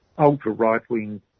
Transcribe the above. ultra-right-wing